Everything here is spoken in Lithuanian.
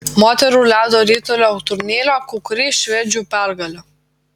moterų ledo ritulio turnyre kukli švedžių pergalė